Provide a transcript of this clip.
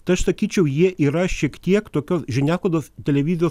tai aš sakyčiau jie yra šiek kiek tokio žiniasklaidos televizijos